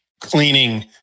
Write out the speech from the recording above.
cleaning